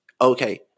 Okay